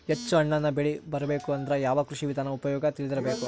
ಹೆಚ್ಚು ಹಣ್ಣನ್ನ ಬೆಳಿ ಬರಬೇಕು ಅಂದ್ರ ಯಾವ ಕೃಷಿ ವಿಧಾನ ಉಪಯೋಗ ತಿಳಿದಿರಬೇಕು?